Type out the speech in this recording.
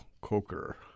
Coker